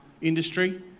industry